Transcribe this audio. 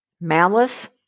Malice